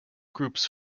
groups